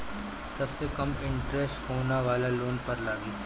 सबसे कम इन्टरेस्ट कोउन वाला लोन पर लागी?